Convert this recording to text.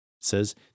says